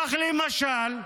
כך, למשל,